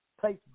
place